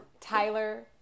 Tyler